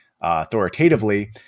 authoritatively